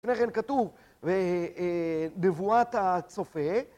לפני כן כתוב ו.. אה.. נבואת הצופה